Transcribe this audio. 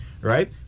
right